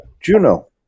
Juno